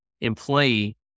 employee